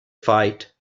fight